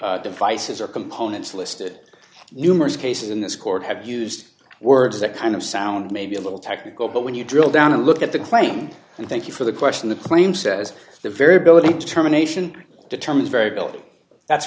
of devices or components listed numerous cases in this court have used words that kind of sound maybe a little technical but when you drill down to look at the claim and thank you for the question the claim says the variability determination determines variability that's